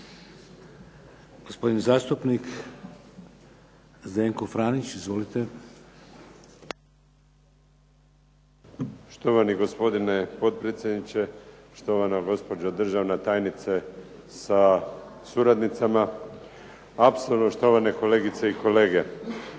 Gospodin zastupnik Zdenko Franić, izvolite. **Franić, Zdenko (SDP)** Štovani gospodine potpredsjedniče, štovana gospođo državna tajnice sa suradnicama, a napose štovane kolegice i kolege.